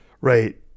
Right